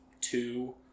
two